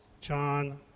John